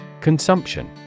Consumption